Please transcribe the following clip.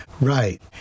Right